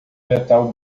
metal